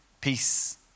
peace